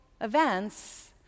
events